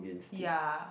ya